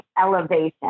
elevation